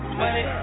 money